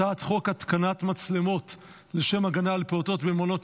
הצעת חוק התקנת מצלמות לשם הגנה על פעוטות במעונות